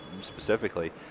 specifically